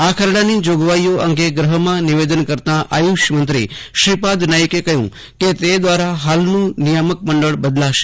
આ ખરડાની જોગવાઇઓ અંગે ગૃહમાં નિવેદન કરતાં આયુષમંત્રી શ્રીપાદ નાઇકે કહ્યું કે તે દ્વારા હાલનું નિયામક મંડળ બદલાશે